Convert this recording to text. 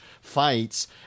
fights